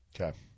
Okay